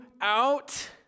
out